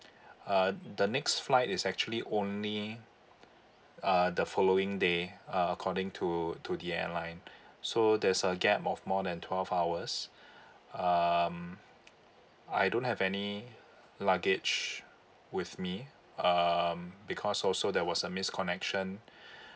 uh the next flight is actually only uh the following day uh according to to the airline so there's a gap of more than twelve hours um I don't have any luggage with me um because also there was a misconnection